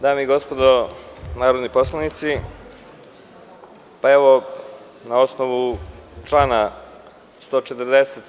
Dame i gospodo narodni poslanici, na osnovu člana 140.